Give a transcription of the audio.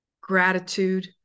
gratitude